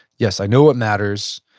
yes, i know it matters,